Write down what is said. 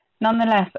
Nonetheless